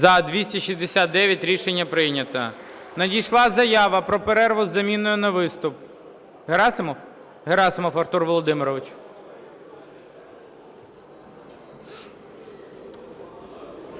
За-269 Рішення прийнято. Надійшла заява про перерву із заміною на виступ. Герасимов? Герасимов Артур Володимирович.